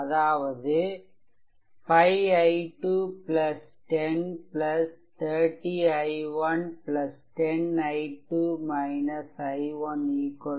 அதாவது 5 i2 10 30 i1 10 i2 i1 0